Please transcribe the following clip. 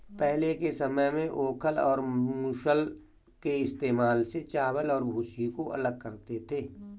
पहले के समय में ओखल और मूसल के इस्तेमाल से चावल और भूसी को अलग करते थे